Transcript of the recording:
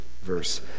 verse